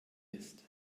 ist